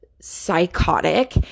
psychotic